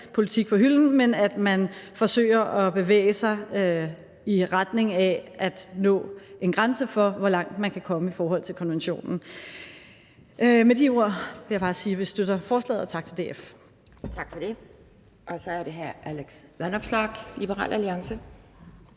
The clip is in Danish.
politik på hylden, men at man forsøger at bevæge sig i retning af at nå en grænse for, hvor langt man kan komme i forhold til konventionen. Med de ord vil jeg bare sige, at vi støtter forslaget. Og tak til DF.